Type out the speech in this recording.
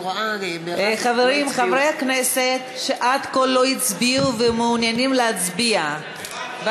חברי הכנסת שעד כה לא הצביעו ומעוניינים להצביע,